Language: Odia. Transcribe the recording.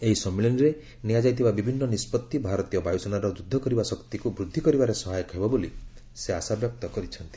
ଏହି ସମ୍ମିଳନୀରେ ନିଆଯାଇଥିବା ବିଭିନ୍ନ ନିଷ୍କଭି ଭାରତୀୟ ବାୟୁସେନାର ଯୁଦ୍ଧ କରିବା ଶକ୍ତିକୁ ବୃଦ୍ଧି କରିବାରେ ସହାୟକ ହେବ ବୋଲି ସେ ଆଶାବ୍ୟକ୍ତ କରିଛନ୍ତି